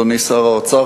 אדוני שר האוצר,